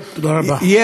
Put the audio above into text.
אני מודה לך.